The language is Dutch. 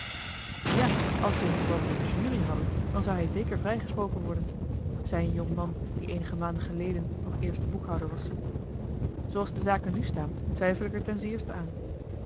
ja als we in ons land eene jury hadden dan zou hij zeker vrijgesproken worden zei een jong man die eenige maanden geleden nog eerste boekhouder was zooals de zaken nu staan twijfel ik er ten sterkste aan